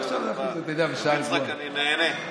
יצחק, אני נהנה.